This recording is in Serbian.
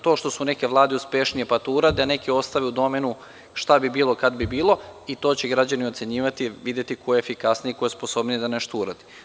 To što su neke vlade uspešnije, pa to urade, a neke ostave u domenu šta bi bilo kad bi bilo, i to će građani ocenjivati i videti ko je efikasniji, sposobniji da nešto uradi.